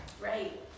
right